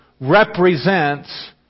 represents